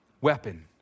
weapon